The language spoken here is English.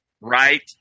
Right